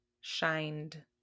shined